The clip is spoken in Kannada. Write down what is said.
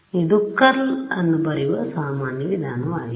ಇದು ಕರ್ಲ್ನ್ನು ಬರೆಯುವ ಸಾಮಾನ್ಯ ವಿಧಾನವಾಗಿದೆ